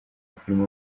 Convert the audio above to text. filime